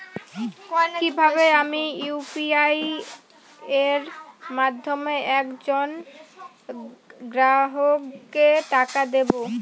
কিভাবে আমি ইউ.পি.আই এর মাধ্যমে এক জন গ্রাহককে টাকা দেবো?